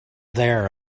there